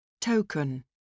Token